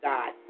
God